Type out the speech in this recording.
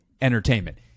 entertainment